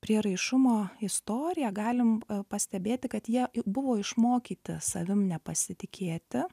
prieraišumo istoriją galim pastebėti kad jie buvo išmokyti savim nepasitikėti